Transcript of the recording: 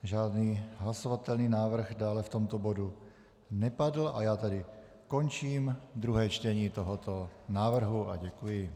Žádný hlasovatelný návrh dále v tomto bodu nepadl, a já tedy končím druhé čtení tohoto návrhu a děkuji.